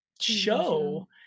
show